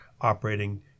operating